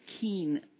keen